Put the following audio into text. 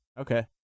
Okay